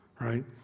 right